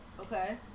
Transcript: Okay